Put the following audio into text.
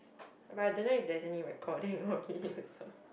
but I don't know if there's any recording for me also